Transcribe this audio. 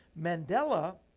Mandela